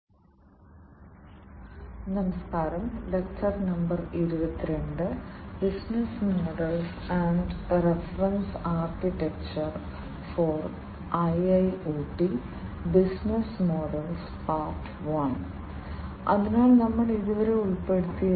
മുൻ പ്രഭാഷണങ്ങളിൽ വ്യവസായ വിപ്ലവം വ്യാവസായിക വിപ്ലവം ഇന്റർനെറ്റ് വിപ്ലവം ഇപ്പോൾ വ്യവസായങ്ങൾ കടന്നുപോകുന്ന വ്യാവസായിക ഇന്റർനെറ്റ് വിപ്ലവം എന്നിവയിലൂടെ നാം കടന്നുപോയി